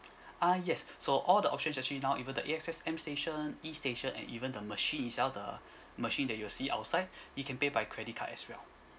uh yes so all the options actually now even the A_X_S m station e station and even the machine itself the machine that you see outside you can pay by credit card as well